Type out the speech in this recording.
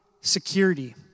security